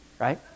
right